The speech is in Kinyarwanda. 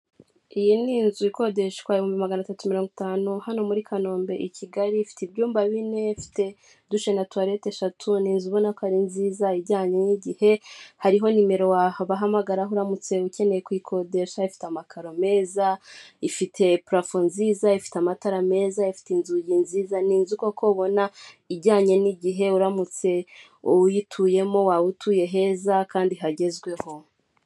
Iyi ni inzu ikodeshwa ibihumbi maganatatu mirongo itanu hano muri Kanombe i Kigali, ifite ibyumba bine ifite dushe na tuwalete eshatu ni inzu ubona ko ari nziza ijyanye n'igihe, hariho nimero wabahamagara uramutse ukeneye kuyikodesha, ifite amakaro meza ifite purafo nziza, ifite amatara meza, ifite inzugi nziza, ni inzu koko ubona ijyanye n'igihe uramutse uyituyemo waba utuye heza kandi hagezweho.